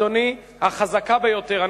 אדוני, החזקה ביותר.